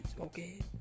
okay